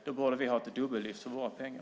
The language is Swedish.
Då borde vi ha ett dubbellyft för våra pengar.